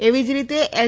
એવી જ રીતે એલ